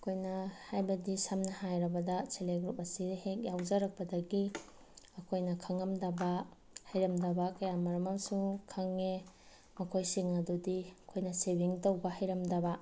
ꯑꯩꯈꯣꯏꯅ ꯍꯥꯏꯕꯗꯤ ꯁꯝꯅ ꯍꯥꯏꯔꯕꯗ ꯁꯦꯜꯐ ꯍꯦꯜꯞ ꯒ꯭ꯔꯨꯞ ꯑꯁꯤꯗ ꯍꯦꯛ ꯌꯥꯎꯖꯔꯛꯄꯗꯒꯤ ꯑꯩꯈꯣꯏꯅ ꯈꯪꯉꯝꯗꯕ ꯍꯩꯔꯝꯗꯕ ꯀꯌꯥꯃꯔꯣꯝ ꯑꯃꯁꯨ ꯈꯪꯉꯦ ꯃꯈꯣꯏꯁꯤꯡ ꯑꯗꯨꯗꯤ ꯑꯩꯈꯣꯏꯅ ꯁꯦꯚꯤꯡ ꯇꯧꯕ ꯍꯩꯔꯝꯗꯕ